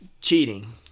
Cheating